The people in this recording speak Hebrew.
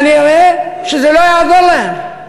כנראה שזה לא יעזור להם.